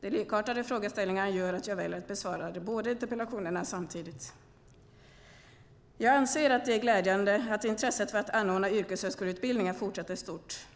De likartade frågeställningarna gör att jag väljer att besvara de båda interpellationerna samtidigt. Jag anser att det är glädjande att intresset för att anordna yrkeshögskoleutbildningar fortsatt är stort.